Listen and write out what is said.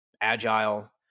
agile